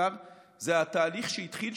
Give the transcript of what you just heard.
זה התהליך שהתחיל,